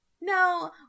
No